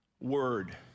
word